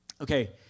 Okay